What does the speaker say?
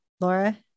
Laura